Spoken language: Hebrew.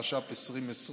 התש"ף 2020,